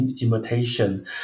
imitation